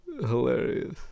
Hilarious